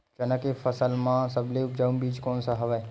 चना के फसल म सबले उपजाऊ बीज कोन स हवय?